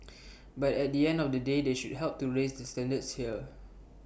but at the end of the day they should help to raise the standards here